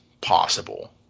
possible